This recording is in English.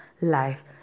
life